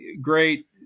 great